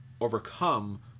overcome